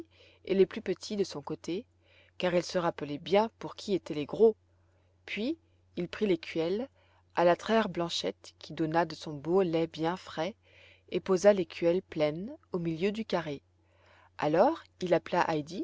et les plus petits de son côté car il se rappelait bien pour qui étaient les gros puis il prit l'écuelle alla traire blanchette qui donna de son beau lait bien frais et posa l'écuelle pleine au milieu du carré alors il appela